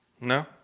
No